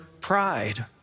pride